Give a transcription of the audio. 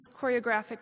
choreographic